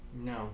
No